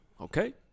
Okay